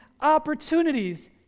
opportunities